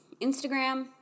Instagram